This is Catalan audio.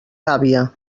gàbia